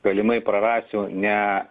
galimai prarasiu ne